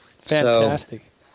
Fantastic